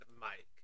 Mike